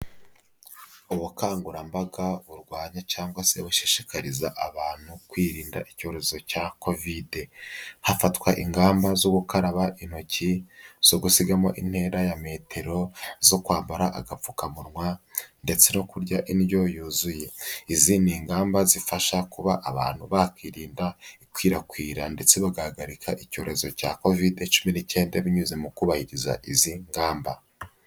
Ubukangurambaga burwanya cyangwa se bushishikariza abantu kwirinda icyorezo cya covid, hafatwa ingamba zo gukaraba intoki, zo gusigamo intera ya metero, zo kwambara agapfukamunwa, ndetse no kurya indyo yuzuye. Izi ni ingamba zifasha kuba abantu bakirinda ikwirakwira ndetse bagahagarika icyorezo cya covid cumi n'icyenda binyuze mu kubahiriza izi ngamba.